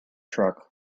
truck